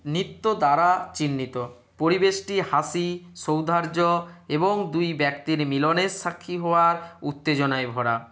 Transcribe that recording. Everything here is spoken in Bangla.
নৃত্য দ্বারা চিহ্নিত পরিবেশটি হাসি সৌহার্দ্য দুই ব্যক্তির মিলনের সাক্ষী হওয়ার উত্তেজনায় ভরা